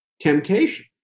temptation